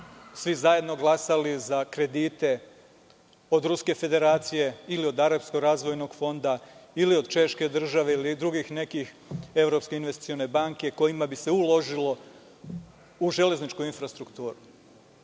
svi zajedno glasali za kredite od Ruske Federacije ili od Arapskog razvojnog fonda ili od češke države ili od Evropske investicione banke, kojima bi se uložilo u železničku infrastrukturu. Takođe